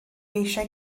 eisiau